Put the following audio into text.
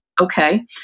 Okay